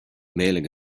mailing